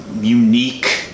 unique